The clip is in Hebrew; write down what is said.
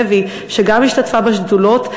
שגם השתתפה בשדולות,